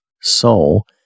soul